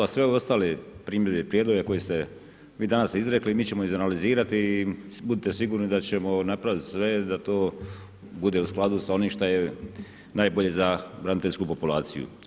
A svo ostale primjedbe i prijedloge, koje ste vi danas izrekli, mi ćemo izanalizirali i budite sigurni, da ćemo napraviti sve, da to bude u skladu sa onim šta je najbolje za braniteljsku populaciju.